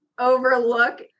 overlook